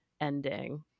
ending